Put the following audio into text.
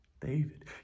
David